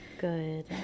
good